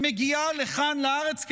שמגיעה לכאן לארץ.